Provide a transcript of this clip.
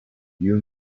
you